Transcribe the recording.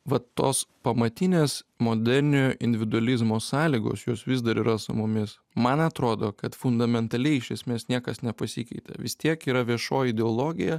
va tos pamatinės moderniojo individualizmo sąlygos jos vis dar yra su mumis man atrodo kad fundamentaliai iš esmės niekas nepasikeitė vis tiek yra viešoji ideologija